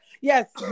Yes